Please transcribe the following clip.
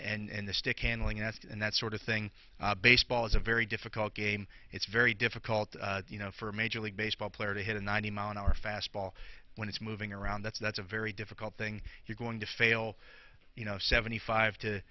skating and the stickhandling s and that sort of thing baseball is a very difficult game it's very difficult you know for a major league baseball player to hit a ninety mile an hour fastball when it's moving around that's that's a very difficult thing you're going to fail you know seventy five to